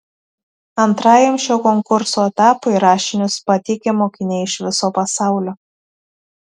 antrajam šio konkurso etapui rašinius pateikia mokiniai iš viso pasaulio